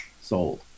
Sold